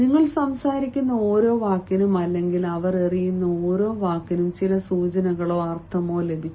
നിങ്ങൾ സംസാരിക്കുന്ന ഓരോ വാക്കിനും അല്ലെങ്കിൽ അവർ എറിയുന്ന ഓരോ വാക്കിനും ചില സൂചനകളോ അർത്ഥമോ ലഭിച്ചു